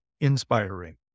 inspiring